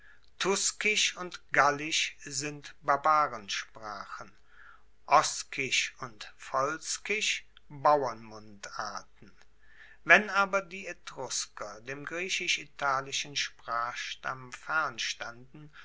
tuskisch und gallisch sind barbarensprachen oskisch und volskisch bauernmundarten wenn aber die etrusker dem griechisch italischen sprachstamm